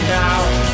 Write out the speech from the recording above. now